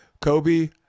Kobe